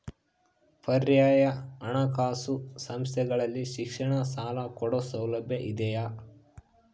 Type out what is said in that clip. ಪರ್ಯಾಯ ಹಣಕಾಸು ಸಂಸ್ಥೆಗಳಲ್ಲಿ ಶಿಕ್ಷಣ ಸಾಲ ಕೊಡೋ ಸೌಲಭ್ಯ ಇದಿಯಾ?